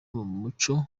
umuco